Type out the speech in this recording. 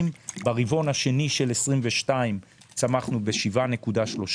ברבעון השני של 2022 צמחנו ב-7.3%,